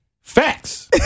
Facts